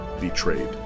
Betrayed